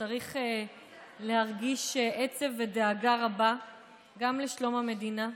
צריך להרגיש עצב ודאגה רבה גם לשלום המדינה,